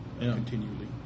continually